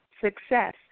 success